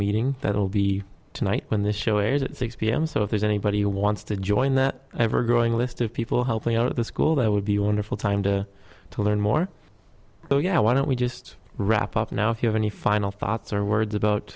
meeting that will be tonight when the show airs at six pm so if there's anybody who wants to join the ever growing list of people helping out of the school that would be a wonderful time to to learn more oh yeah why don't we just wrap up now if you have any final thoughts or words about